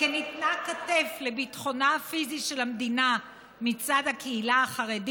ניתנת כתף לביטחונה הפיזי של המדינה מצד הקהילה החרדית,